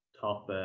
top